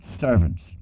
servants